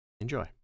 Enjoy